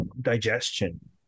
digestion